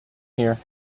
here